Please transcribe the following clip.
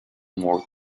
more